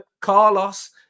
Carlos